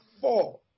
four